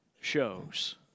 shows